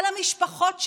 על המשפחות שלנו.